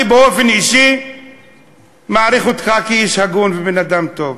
ובאופן אני אישי מעריך אותך כאיש הגון ובן-אדם טוב,